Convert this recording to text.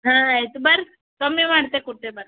ಹಾಂ ಆಯಿತು ಬರ್ರೀ ಕಮ್ಮಿ ಮಾಡ್ತೆ ಕೊಡ್ತೇವೆ ಬರ್ರೀ